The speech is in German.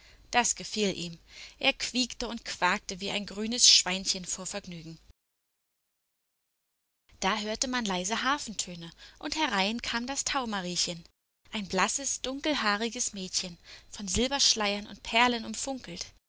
das gefiel ihm er quiekte und quakte wie ein grünes schweinchen vor vergnügen da hörte man leise harfentöne und herein kam das taumariechen ein blasses dunkelhaariges mädchen von silberschleiern und perlen umfunkelt